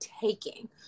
taking